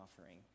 offering